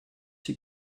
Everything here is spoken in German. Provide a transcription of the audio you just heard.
sie